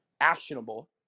actionable